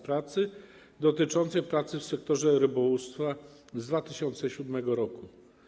Pracy dotyczącą pracy w sektorze rybołówstwa z 2007 r.